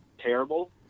terrible